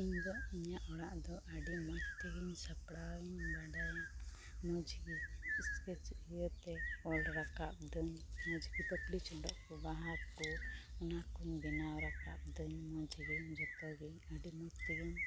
ᱤᱧ ᱫᱚ ᱤᱧᱟᱜ ᱚᱲᱟᱜ ᱫᱚ ᱟᱹᱰᱤ ᱢᱚᱡᱽ ᱛᱮᱜᱮᱧ ᱥᱟᱯᱲᱟᱣ ᱤᱧ ᱵᱟᱰᱟᱭᱟ ᱢᱚᱡᱽ ᱜᱮ ᱮᱥᱠᱮᱡ ᱤᱭᱟᱹ ᱛᱮ ᱚᱞ ᱨᱟᱠᱟᱵ ᱮᱫᱟᱹᱧ ᱢᱚᱡᱽ ᱜᱮ ᱯᱟᱛᱞᱤ ᱪᱷᱚᱰᱚᱜ ᱠᱚ ᱵᱟᱦᱟ ᱠᱚ ᱚᱱᱟᱠᱚᱧ ᱵᱮᱱᱟᱣ ᱨᱟᱠᱟᱵ ᱮᱫᱟᱹᱧ ᱢᱚᱡᱽ ᱜᱮ ᱡᱚᱛᱚ ᱜᱮ ᱟᱹᱰᱤ ᱢᱚᱡᱽ ᱛᱮᱜᱮᱧ